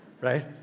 right